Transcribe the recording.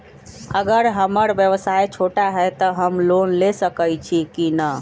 अगर हमर व्यवसाय छोटा है त हम लोन ले सकईछी की न?